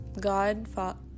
God